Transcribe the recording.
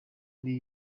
ari